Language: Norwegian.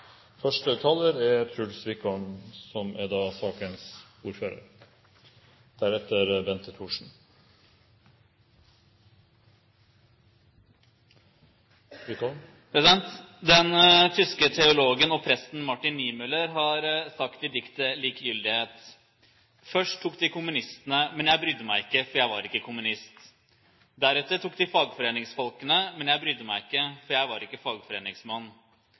Den tyske teologen og presten Martin Niemöller har sagt i diktet «Likegyldighet»: «Først tok de kommunistene men jeg brydde meg ikke for jeg var ikke kommunist. Deretter tok de fagforeningsfolkene men jeg brydde meg ikke for jeg var ikke fagforeningsmann.